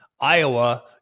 Iowa